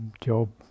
job